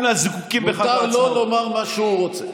מותר לו לומר מה שהוא רוצה.